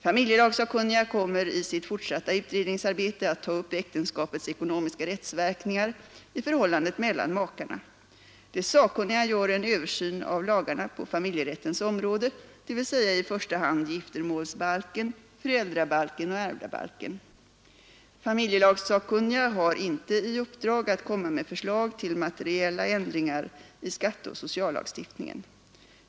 Familjelagssakkunniga kommer i sitt fortsatta utredningsarbete att ta upp äktenskapets ekonomiska rättsverkningar i förhållandet mellan makarna. De sakkunniga gör en översyn av lagarna på familjerättens område, dvs. i första hand giftermålsbalken, föräldrabalken och ärvdabalken. Familjelagssakkunniga har inte i uppdrag att komma med förslag till materiella ändringar i skatteoch sociallagstiftningen.